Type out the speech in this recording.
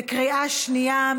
בקריאה שנייה.